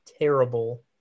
terrible